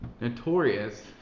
notorious